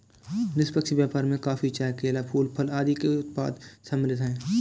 निष्पक्ष व्यापार में कॉफी, चाय, केला, फूल, फल आदि के उत्पाद सम्मिलित हैं